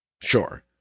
Sure